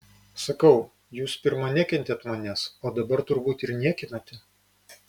sakau jūs pirma nekentėt manęs o dabar turbūt ir niekinate